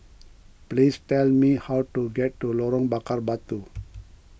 please tell me how to get to Lorong Bakar Batu